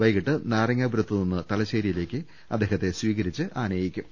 വൈകീട്ട് നാരങ്ങാപുറത്തുനിന്ന് തലശേരിയിലേക്ക് അദ്ദേ ഹത്തെ സ്വീകരിച്ച് ആനയിക്കും